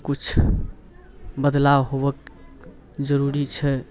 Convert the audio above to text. किछु बदलाव होवक जरुरी छै